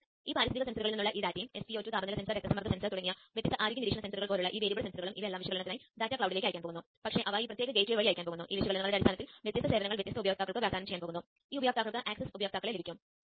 ഇത് വളരെ ലളിതമാണ് കൂടാതെ ZigBee പ്രോഗ്രാമിംഗിനെയും കാണിച്ച ഈ പ്രത്യേക സജ്ജീകരണം നിങ്ങൾക്ക് പരീക്ഷിക്കാവുന്നതാണ്